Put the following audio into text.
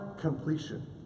completion